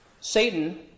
Satan